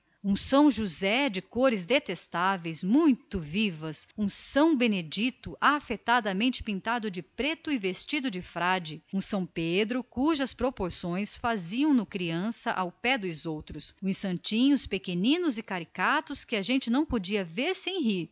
são josé de cores cruas detestavelmente pintado um são benedito vestido de frade pretinho de beiços encarnados e olhos de vidro um são pedro cujas proporções o faziam criança ao lado dos outros uma miuçalha de santinhos pequenitos e caricatos que a gente não podia ver sem rir